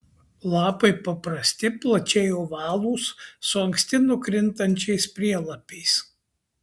lapai paprasti plačiai ovalūs su anksti nukrintančiais prielapiais